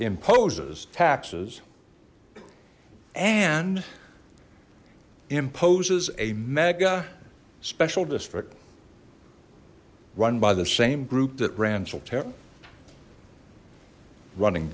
imposes taxes and imposes a mega special district run by the same group that r